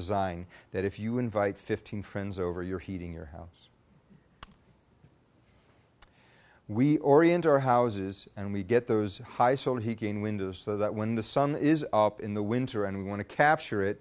design that if you invite fifteen friends over your heating your house we orient our houses and we get those high so he can windows so that when the sun is up in the winter and we want to capture it